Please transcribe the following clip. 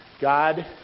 God